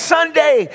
Sunday